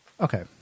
Okay